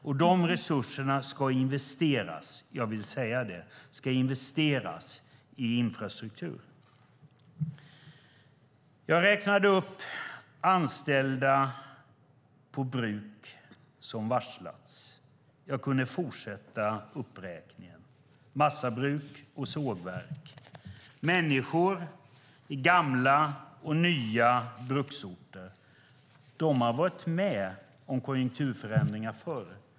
Och de resurserna ska investeras - jag vill säga det - i infrastruktur. Jag räknade upp anställda som varslats på bruk. Jag kunde fortsätta uppräkningen med massabruk och sågverk. Människor i gamla och nya bruksorter har varit med om konjunkturförändringar förr.